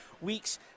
weeks